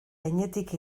gainetik